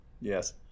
Yes